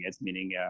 meaning